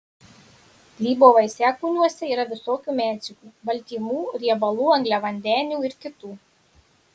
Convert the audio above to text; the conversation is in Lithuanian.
grybo vaisiakūniuose yra visokių medžiagų baltymų riebalų angliavandenių ir kitų